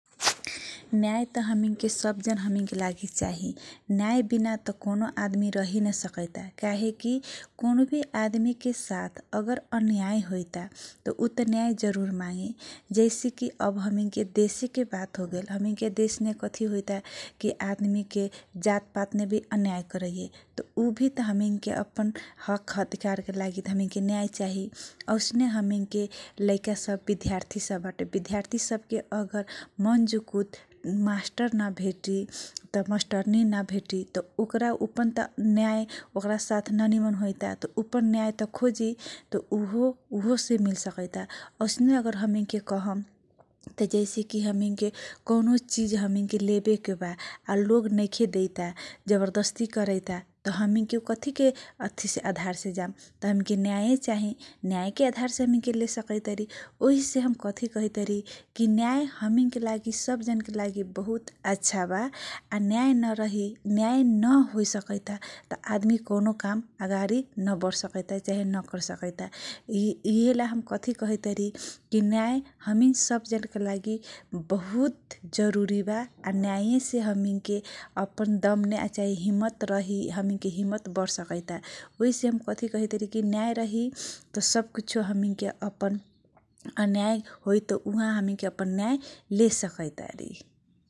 न्याय सब जनके लागि न्याय चाहि न्याय बिना आदमी रहेन सकैता काहेकी कौनो आदमी के साथ अन्याय होइता ऊ त न्याय जरुर मागे कि हामी के देश के बात हो गेल हामी के देशमे कथी होइता कि आदमी के जातपात मे भी अन्यायभी अन्याय कर दिए उ भी त हक अधिकारकै लागि हामी के न्याय चाहिँ । औसने हामी के लैका सबके विद्यार्थी सब विद्यार्थी सबके मञ्जुभूत मास्टर नभेटी त मास्टर नभेटी त मस्टरनी नभेटी ओकरा उपन न्याय वकारा साथ नमिल्ला त औसने अगर हामी के कहम जेसेकी हामी के कौनो चिज लेबे के बा लोग नदेयिता जबर्दस्ती न्याय चाहिँ न्याय के आधार से ले सकैतरी वही से हम कथि कहतारी न्याय हमिन के लागि बहुत आच्छाबा न्याय न होइसकैता त आदमी कौन काम अगाडि नबसकैता इहेला हम कथी कहै तारी त न्याय हामी सबके लागि बहुत जरुरी बा न्याय से हामी के अपन दम्ने चाहे हिम्मत रही कि हिम्मत बर सकैता ओही से हम कथी कहै तारिकी न्याय रही त सब कुछ हमिङके अपन अन्याय होइत उहाँ हामी के अपन न्याय ले सकैत बारी ।